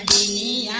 e